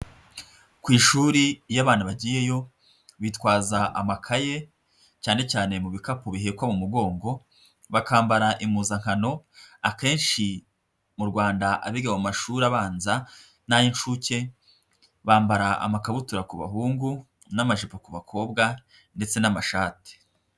Ku ishuri iyo abantu bagiyeyo bitwaza amakaye cyane cyane mu bikapu bihekwa mu mugongo, bakambara impuzankano, akenshi mu Rwanda abiga mu mashuri abanza n'ay'inshuke bambara amakabutura ku bahungu n'amajipo ku bakobwa ndetse n'amashati.